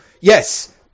yes